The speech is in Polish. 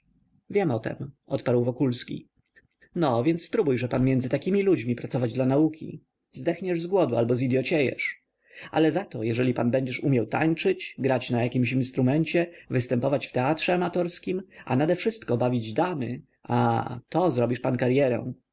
wiem o tem odparł wokulski no więc spróbujże pan między takimi ludźmi pracować dla nauki zdechniesz z głodu albo zidyociejesz ale zato jeżeli będziesz pan umiał tańczyć grać na jakim instrumencie występować w teatrze amatorskim a nade wszystko bawić damy aaa to zrobisz pan karyerę